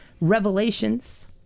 revelations